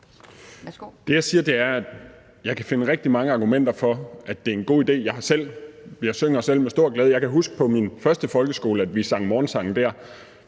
Det, jeg siger, er, at jeg kan finde rigtig mange argumenter for, at det er en god idé. Jeg synger selv med stor glæde, og jeg kan huske, at vi på min første folkeskole sang morgensang.